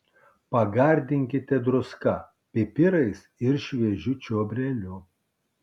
pagardinkite druska pipirais ir šviežiu čiobreliu